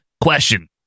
question